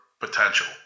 potential